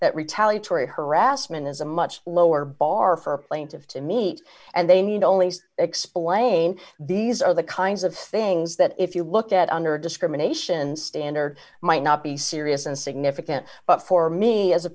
that retaliatory harassment is a much lower bar for a plaintive to meet and they need only explain these are the kinds of things that if you look at under discrimination standard might not be serious and significant but for me as a